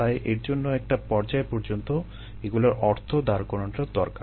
তাই এর জন্য একটা পর্যায় পর্যন্ত এগুলোর অর্থ দাঁড় করানোটা দরকার